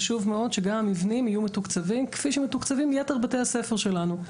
חשוב מאוד שגם המבנים יהיו מתוקצבים כפי שמתוקצבים יתר בתי הספר שלנו.